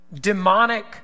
Demonic